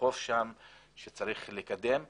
החוף שצריך לקדם שם.